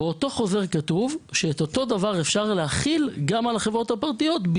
באותו חוזר כתוב שאת אותו הדבר אפשר להחיל גם על החברות הפרטיות,